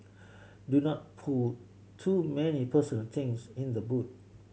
do not put too many personal things in the boot